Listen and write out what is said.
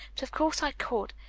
but of course i could.